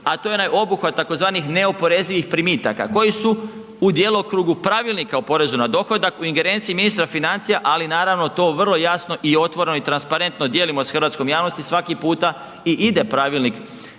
a to je onaj obuhvat tzv. neoporezivih primitaka koji su u djelokrugu pravilnika o porezu na dohodak, u ingerenciji ministra financija ali naravno to vrlo jasno i otvoreno i transparentno dijelimo s hrvatskom javnosti, svaki puta i ide pravilnik na